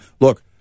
Look